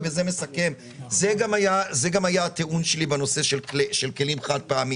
ובזה מסכם: זה גם היה הטיעון שלי בנושא של כלים חד-פעמיים